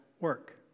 work